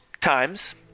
times